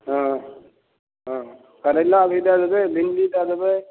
हँ करेला भी दै देबै भिंडी दै देबै